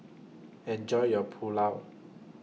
Enjoy your Pulao